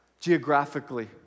Geographically